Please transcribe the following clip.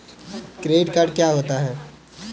Credit card क्या होता है?